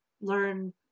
learn